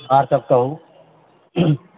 आर सब कहु